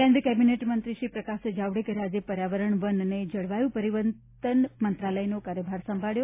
કેન્દ્રીય કેબિનેટમંત્રી શ્રી પ્રકાશ જાવડેકરે આજે પર્યાવરણ વન અને જળવાયુ પરિવર્તન મંત્રાલયનો કાર્યભાર સંભાળ્યો